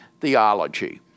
theology